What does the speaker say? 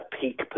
peak